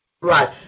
Right